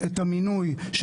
15 סגנים?